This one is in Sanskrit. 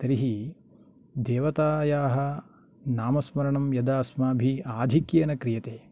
तर्हि देवतायाः नामस्मरणं यदा अस्माभिः आधिक्येन क्रियते